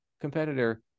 competitor